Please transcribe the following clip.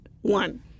one